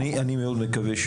אני מאוד מקווה,